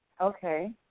Okay